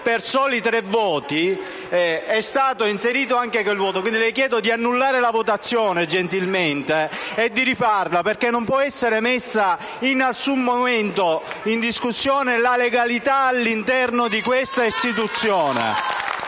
per soli tre voti, è stato inserito anche quel voto. Le chiedo quindi gentilmente di annullare la votazione e di ripeterla, perché non può essere messa in nessun momento in discussione la legalità all'interno di questa istituzione.